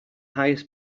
highest